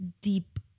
deep